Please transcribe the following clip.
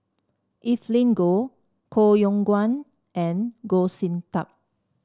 Evelyn Goh Koh Yong Guan and Goh Sin Tub